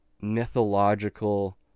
mythological